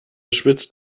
schwitzt